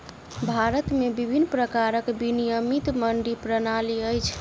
भारत में विभिन्न प्रकारक विनियमित मंडी प्रणाली अछि